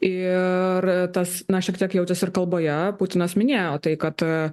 ir tas na šiek tiek jaučiasi ir kalboje putinas minėjo tai kad